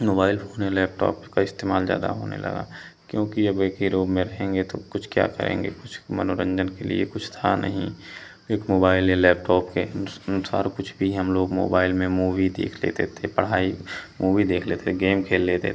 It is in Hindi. मोबाइल लैपटॉप का इस्तेमाल ज़्यादा होने लगा क्योंकि अब एक ही रूम में रहेंगे तो कुछ क्या करेंगे कुछ मनोरंजन के लिए कुछ था नहीं एक मोबाइल या लैपटॉप के उसके अनुसार कुछ भी नहीं हम लोग मोबाइल में मूवी देख लेते थे पढ़ाई मूवी देख लेते थे गेम खेल लेते थे